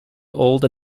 older